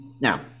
Now